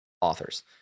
authors